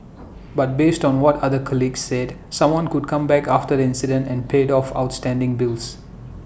but based on what another colleague said someone came back after the incident and paid off outstanding bill